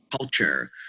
culture